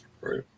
Right